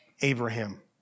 Abraham